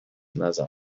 نزن